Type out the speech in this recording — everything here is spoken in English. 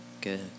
good